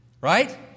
Right